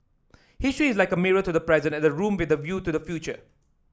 history is like a mirror to the present and a room with a view to the future